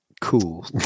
cool